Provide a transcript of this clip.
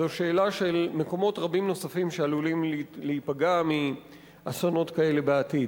זאת שאלה של מקומות רבים נוספים שעלולים להיפגע מאסונות כאלה בעתיד.